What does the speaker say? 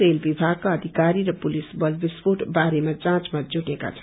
rail विभागका अधिकारी र पुलिस बल विस्फोट बारेमा जाँचमा जुटेका छन्